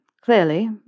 clearly